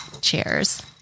Cheers